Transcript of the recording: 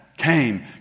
came